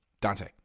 Dante